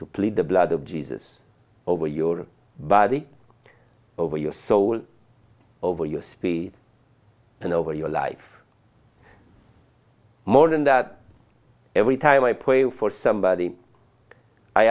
to plead the blood of jesus over your body over your soul over your speed and over your life more than that every time i pray for somebody i